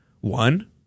One